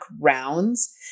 rounds